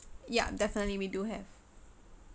yeah definitely we do have